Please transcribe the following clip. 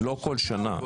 לא כל שנה.